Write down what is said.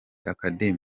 academy